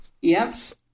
Yes